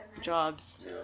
jobs